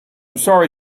sorry